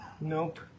Nope